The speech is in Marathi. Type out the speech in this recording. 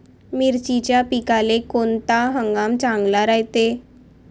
मिर्चीच्या पिकाले कोनता हंगाम चांगला रायते?